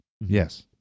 Yes